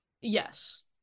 Yes